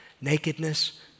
nakedness